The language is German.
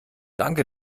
danke